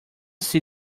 see